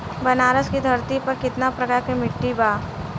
बनारस की धरती पर कितना प्रकार के मिट्टी बा?